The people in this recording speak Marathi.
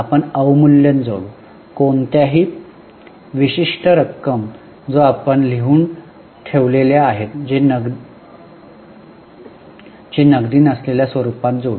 आपण अवमूल्यन जोडू कोणत्याही विशिष्ट रक्कम जो आपण लिहून ठेवलेल्या आहेत जे नगदी नसलेल्या स्वरूपात जोडू